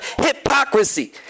hypocrisy